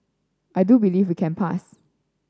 I do believe we can pass